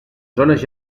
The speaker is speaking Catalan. zones